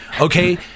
Okay